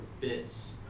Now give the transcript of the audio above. bits